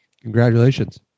congratulations